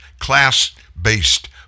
class-based